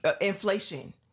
inflation